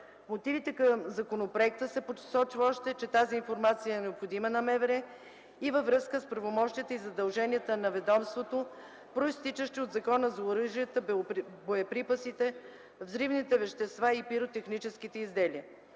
мотивите към законопроекта се посочва още, че тази информация е необходима на Министерството на вътрешните работи и във връзка с правомощията и задълженията на ведомството, произтичащи от Закона за оръжията, боеприпасите, взривните вещества и пиротехническите изделия.